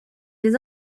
les